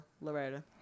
Loretta